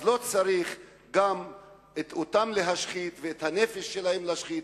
אז לא צריך להשחית אותם ולהשחית